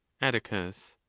atticus.